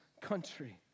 country